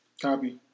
copy